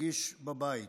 ירגיש בבית.